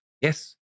Yes